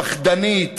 פחדנית,